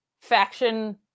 faction